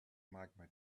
magma